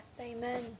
Amen